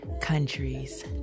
countries